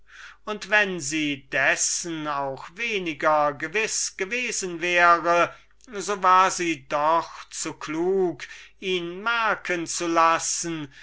und wenn sie dessen auch weniger gewiß gewesen wäre so war sie doch zu klug ihn merken zu lassen